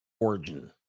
origin